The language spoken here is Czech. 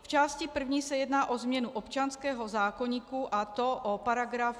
V části první se jedná o změnu občanského zákoníku, a to o § 971.